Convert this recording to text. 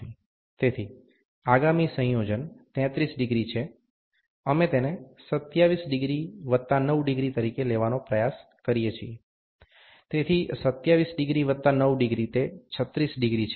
તેથી આગામી સંયોજન 33° છે અમે તેને 27° વત્તા 9° તરીકે લેવાનો પ્રયાસ કરી શકીએ છીએ તેથી 27° વત્તા 9° તે 36° છે